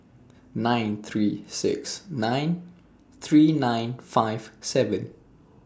nine three six nine three nine five seven